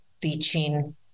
teaching